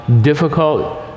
difficult